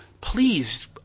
please